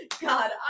God